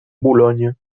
boulogne